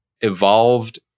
evolved